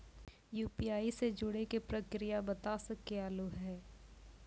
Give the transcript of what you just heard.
UPI से जुड़े के प्रक्रिया बता सके आलू है?